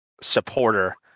supporter